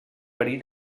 perill